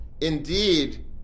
indeed